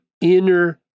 Inner